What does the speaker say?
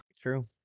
True